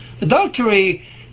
Adultery